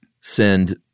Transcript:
send